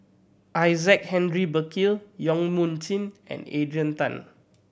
Isaac Henry Burkill Yong Mun Chee and Adrian Tan